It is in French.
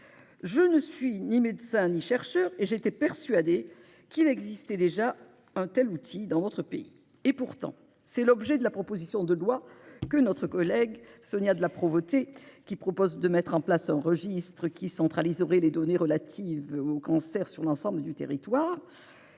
Je ne suis ni médecin ni chercheur, et j'étais persuadée qu'un tel outil existait déjà dans notre pays. Sa création est pourtant l'objet de la proposition de loi de notre collègue Sonia de La Provôté, qui préconise de mettre en place un registre qui centraliserait les données relatives aux cancers sur l'ensemble du territoire.